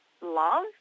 love